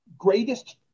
Greatest